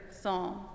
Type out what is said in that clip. Psalm